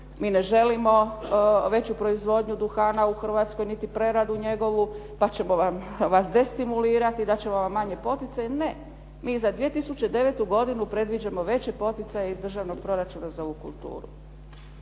mi ne želimo veću proizvodnju duhana u Hrvatskoj niti preradu njegovu, pa ćemo vas destimulirati, dati ćemo vam manje poticaje. Ne. Mi i za 2009. godinu predviđamo veće poticaje iz državnog proračuna za ovu kulturu.